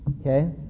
Okay